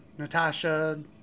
natasha